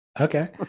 Okay